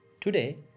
Today